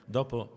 dopo